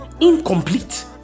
incomplete